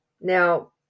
Now